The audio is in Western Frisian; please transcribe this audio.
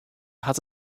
hat